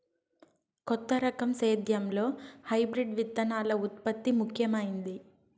కొత్త రకం సేద్యంలో హైబ్రిడ్ విత్తనాల ఉత్పత్తి ముఖమైంది